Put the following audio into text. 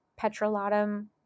petrolatum